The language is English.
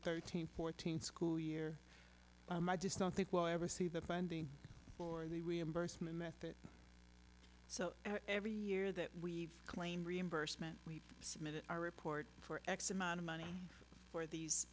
thirteen fourteen school year and i just don't think we'll ever see the funding for the reimbursement method so every year that we claim reimbursement we've submitted our report for x amount of money for these